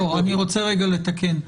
אני רוצה רגע לתקן,